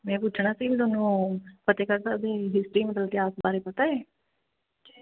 ਮੈਂ ਪੁੱਛਣਾ ਸੀ ਵੀ ਤੁਹਾਨੂੰ ਫਤਿਹਗੜ੍ਹ ਸਾਹਿਬ ਦੀ ਹਿਸਟਰੀ ਮਤਲਬ ਇਤਿਹਾਸ ਬਾਰੇ ਪਤਾ ਏ